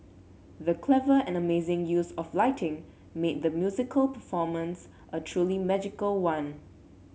the clever and amazing use of lighting made the musical performance a truly magical one